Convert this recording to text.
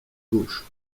gauche